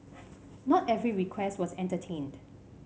not every request was entertained